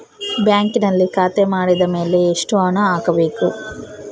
ಬ್ಯಾಂಕಿನಲ್ಲಿ ಖಾತೆ ಮಾಡಿದ ಮೇಲೆ ಎಷ್ಟು ಹಣ ಹಾಕಬೇಕು?